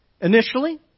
initially